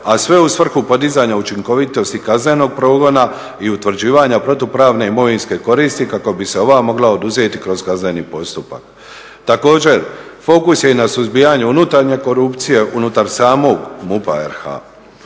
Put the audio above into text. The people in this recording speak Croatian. a sve u svrhu podizanja učinkovitosti kaznenog progona i utvrđivanja protupravne imovinske koristi kako bi se ova mogla oduzeti kroz kazneni postupak. Također, fokus je i na suzbijanju unutarnje korupcije, unutar samog MUP-a RH.